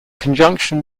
conjunction